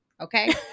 Okay